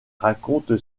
raconte